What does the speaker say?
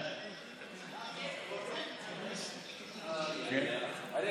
כי אין ועדת שרים לענייני